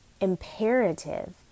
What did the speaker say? imperative